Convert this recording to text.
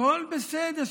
הכול בסדר.